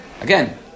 Again